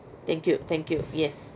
thank you thank you yes